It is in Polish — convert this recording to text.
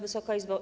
Wysoka Izbo!